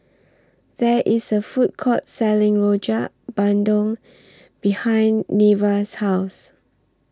There IS A Food Court Selling Rojak Bandung behind Nevaeh's House